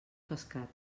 pescat